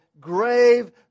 grave